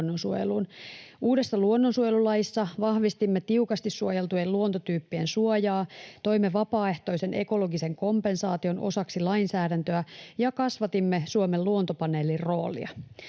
Uudessa luonnonsuojelulaissa vahvistimme tiukasti suojeltujen luontotyyppien suojaa, toimme vapaaehtoisen ekologisen kompensaation osaksi lainsäädäntöä ja kasvatimme Suomen Luontopaneelin roolia.